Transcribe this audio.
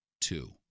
two